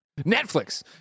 Netflix